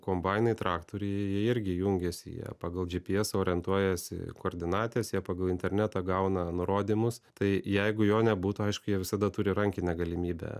kombainai traktoriai jie irgi jungiasi jie pagal gpsą orientuojasi koordinates jie pagal internetą gauna nurodymus tai jeigu jo nebūtų aišku jie visada turi rankinę galimybę